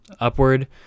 upward